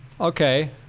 Okay